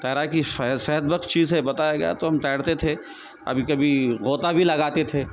تیراکی صحت صحت بخش چیز ہے بتایا گیا تو ہم تیرتے تھے کبھی کبھی غوطہ بھی لگاتے تھے